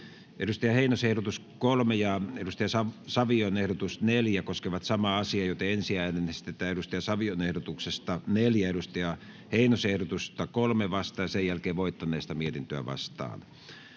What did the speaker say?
Timo Heinosen ehdotus 3 ja Sami Savion ehdotus 4 koskevat samaa asiaa, joten ensin äänestetään Sami Savion ehdotuksesta 4 Timo Heinosen ehdotusta 3 vastaan ja sen jälkeen voittaneesta mietintöä vastaan.